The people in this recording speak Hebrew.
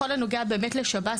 בכל הנוגע באמת לשב"ס,